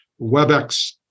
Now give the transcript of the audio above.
WebEx